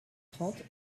trente